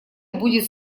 будет